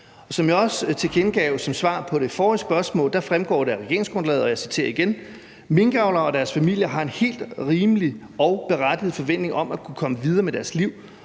Som jeg også tilkendegav som svar på det forrige spørgsmål, fremgår det af regeringsgrundlaget – og jeg citerer igen: »Minkavlerne og deres familier har en helt rimelig og berettiget forventning om at kunne komme videre med deres liv,